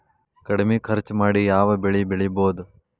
ಕಡಮಿ ಖರ್ಚ ಮಾಡಿ ಯಾವ್ ಬೆಳಿ ಬೆಳಿಬೋದ್?